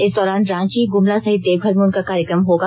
इस दौरान रांची गुमला सहित देवघर में उनका कार्यक्रम होगा